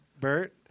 Bert